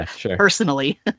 personally